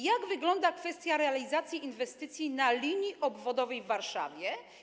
Jak wygląda kwestia realizacji inwestycji na linii obwodowej w Warszawie?